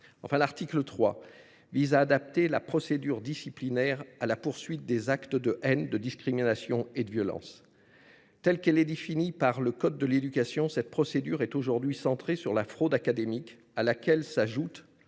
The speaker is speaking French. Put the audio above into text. l’article 3 adapte la procédure disciplinaire à la poursuite des actes de haine, de discrimination et de violence. Telle qu’elle est définie par le code de l’éducation, ladite procédure est aujourd’hui centrée sur la fraude académique, à laquelle s’ajoute